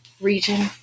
region